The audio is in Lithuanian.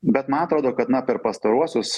bet man atrodo kad na per pastaruosius